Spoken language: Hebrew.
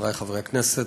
חברי חברי הכנסת,